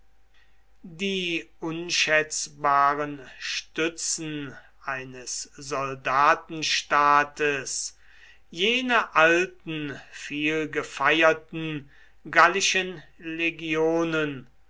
die unschätzbaren stützen eines soldatenstaates jene alten vielgefeierten gallischen legionen